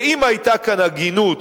ואם היתה כאן הגינות,